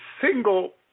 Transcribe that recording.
single